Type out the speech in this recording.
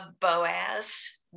Boaz